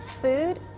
food